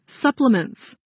supplements